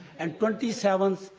and twenty seven